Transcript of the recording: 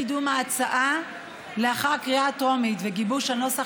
קידום ההצעה לאחר קריאה טרומית וגיבוש הנוסח